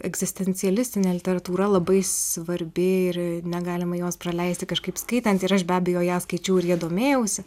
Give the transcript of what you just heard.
egzistencialistinė literatūra labai svarbi ir negalima jos praleisti kažkaip skaitant ir aš be abejo ją skaičiau ir ja domėjausi